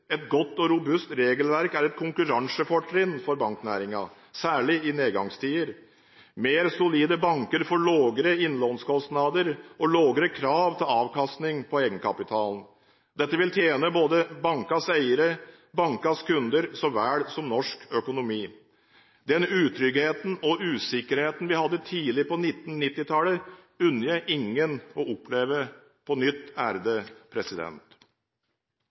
Et godt og robust regelverk er et konkurransefortrinn for banknæringen, særlig i nedgangstider. Mer solide banker får lavere innlånskostnader og lavere krav til avkastning på egenkapitalen. Dette vil tjene både bankenes eiere og bankenes kunder, så vel som norsk økonomi. Den utryggheten og usikkerheten vi hadde tidlig på 1990-tallet, unner jeg ingen å oppleve på nytt.